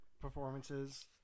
performances